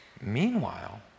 Meanwhile